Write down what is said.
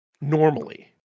normally